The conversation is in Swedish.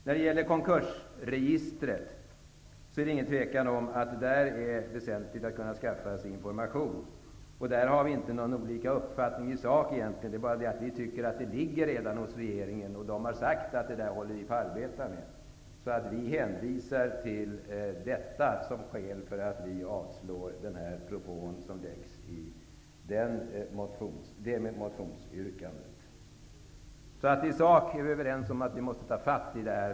När det gäller frågan om ett konkursregister råder inte något tvivel om att det är väsentligt att kunna skaffa sig information. Vi har inte olika uppfattningar i sak. Men utskottsmajoriteten tycker att detta redan ligger hos regeringen. Regeringen har sagt att man håller på att arbeta med frågan. Utskottsmajoriteten hänvisar till det och avstyrker den propå som framförs i motionsyrkandet. Vi är överens i sak om att vi måste ta fatt i dessa frågor.